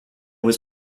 was